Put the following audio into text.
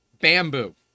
bamboo